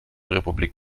republik